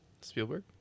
Spielberg